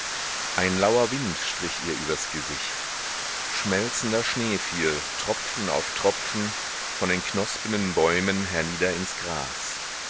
ein lauer wind strich ihr übers gesicht schmelzender schnee fiel tropfen auf tropfen von den knospenden bäumen hernieder ins gras